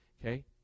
okay